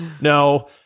No